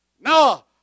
No